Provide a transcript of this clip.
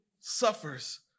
suffers